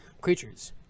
creatures